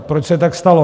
Proč se tak stalo?